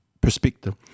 perspective